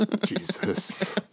Jesus